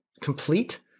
complete